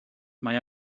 mae